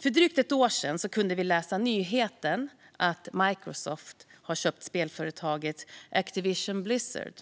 För drygt ett år sedan kunde vi läsa nyheten att Microsoft köpt spelföretaget Activision Blizzard.